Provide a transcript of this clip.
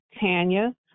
Tanya